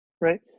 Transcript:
right